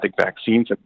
vaccines